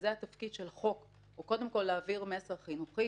והתפקיד של החוק הוא קודם כל להעביר מסר חינוכי,